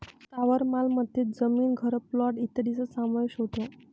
स्थावर मालमत्तेत जमीन, घर, प्लॉट इत्यादींचा समावेश होतो